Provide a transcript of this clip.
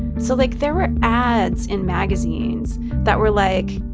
so, like, there were ads in magazines that were, like,